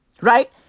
right